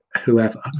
whoever